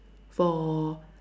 for